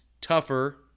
tougher